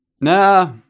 Nah